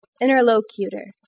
interlocutor